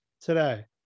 today